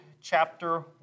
chapter